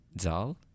Zal